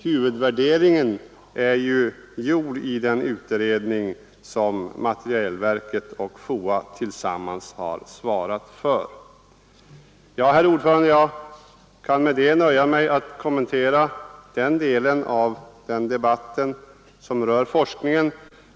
Huvudvärderingen är ju gjord i den utredning som materielverket och FOA tillsammans har svarat för. Herr talman! Jag skall nöja mig med detta som en kommentar till den del av debatten som rör forskningen.